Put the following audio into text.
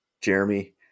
Jeremy